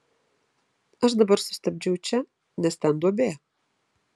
aš dabar sustabdžiau čia nes ten duobė